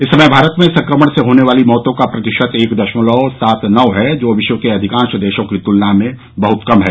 इस समय भारत में संक्रमण से होने वाली मौतों का प्रतिशत एक दशमलव सात नौ है जो विश्व के अधिकांश देशों की तुलना में बहत कम है